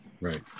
Right